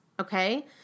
okay